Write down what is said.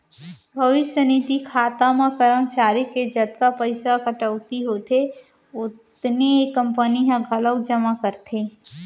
भविस्य निधि खाता म करमचारी के जतका पइसा कटउती होथे ओतने कंपनी ह घलोक जमा करथे